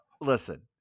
Listen